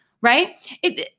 right